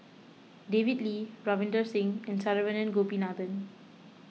David Lee Ravinder Singh and Saravanan Gopinathan